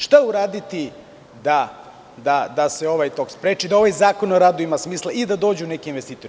Šta uraditi da se ovaj tok spreči, da ovaj zakon o radu ima smisla i da dođu neki investitori?